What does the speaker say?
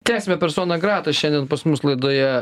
tęsiame persona grata šiandien pas mus laidoje